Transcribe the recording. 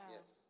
Yes